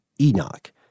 Enoch